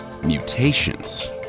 Mutations